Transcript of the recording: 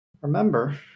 remember